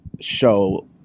show